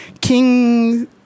king